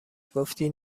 گفتی